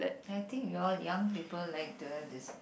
I think you all young people like to have this